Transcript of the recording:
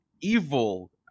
evil